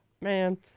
Man